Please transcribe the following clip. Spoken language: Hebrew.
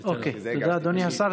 אני אדאג לשאול.